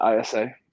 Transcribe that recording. ISA